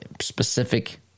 specific